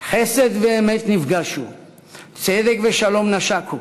"חסד ואמת נפגשו צדק ושלום נשָקו